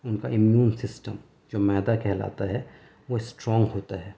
ان کا immune system جو معدہ کہلاتا ہے وہ اسٹرونگ ہوتا ہے